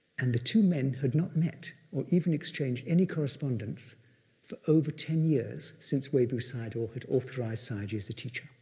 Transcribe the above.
and the two men had not met or even exchanged any correspondence for over ten years since webu sayadaw had authorized sayagyi as a teacher,